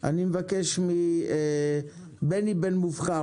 אני מבקש מבני בן מובחר,